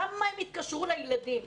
כמה הם התקשרו לילדים.